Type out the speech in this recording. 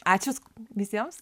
ačiū visiems